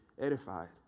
edified